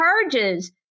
charges